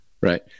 Right